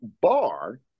bar